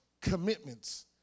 commitments